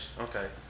okay